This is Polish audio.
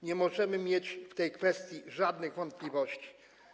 Nie możemy mieć w tej kwestii żadnych wątpliwości.